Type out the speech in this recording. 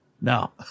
No